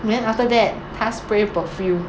and then after that 她 spray perfume